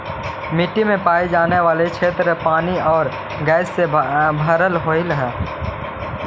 मिट्टी में पाई जाने वाली क्षेत्र पानी और गैस से भरल होवअ हई